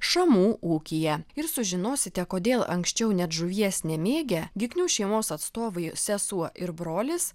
šamų ūkyje ir sužinosite kodėl anksčiau net žuvies nemėgę giknių šeimos atstovai sesuo ir brolis